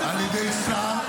אה,